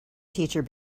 teacher